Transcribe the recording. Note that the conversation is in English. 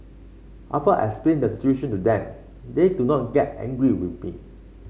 after I explain the situation to them they do not get angry with me